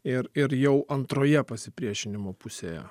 ir ir jau antroje pasipriešinimo pusėje